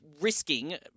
risking